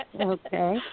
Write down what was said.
Okay